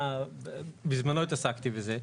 בזמנו התעסקתי בזה.